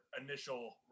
initial